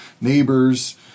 neighbors